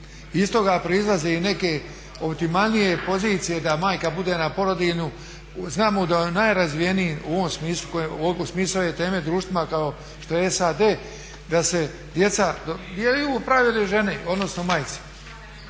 toga proizlaze i neke optimalnije pozicije da majka bude na porodiljnom. Znamo da u najrazvijenijim, u ovom smislu, u smislu ove teme, društvima kao što je SAD da se djeca, …/Govornik se ne razumije./… odnosno majci.